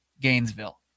Gainesville